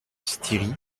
styrie